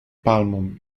palmą